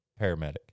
paramedic